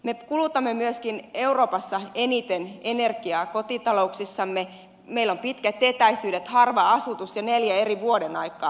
me myöskin kulutamme euroopassa eniten energiaa kotitalouksissamme meillä on pitkät etäisyydet harva asutus ja neljä eri vuodenaikaa